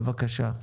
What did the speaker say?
בבקשה.